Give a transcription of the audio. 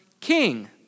king